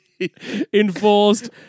Enforced